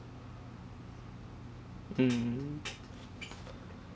mmhmm